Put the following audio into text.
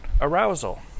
arousal